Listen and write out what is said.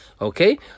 Okay